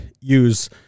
use